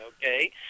okay